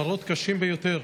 מראות קשים ביותר,